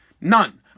None